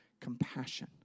compassion